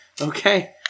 Okay